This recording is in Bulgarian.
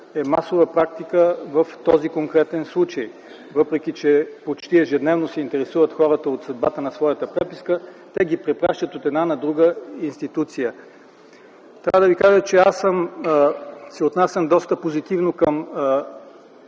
е масова практика в този конкретен случай, и въпреки че почти ежедневно хората се интересуват от съдбата на своята преписка, те ги препращат от една на друга институция. Трябва да Ви кажа, че аз се отнасям доста позитивно към